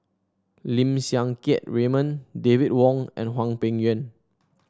Lim Siang Keat Raymond David Wong and Hwang Peng Yuan